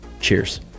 Cheers